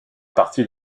partie